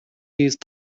used